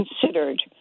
considered